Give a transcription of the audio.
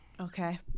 Okay